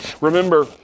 Remember